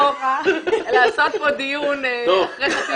לעשות פה דיון אחרי חצי שנה.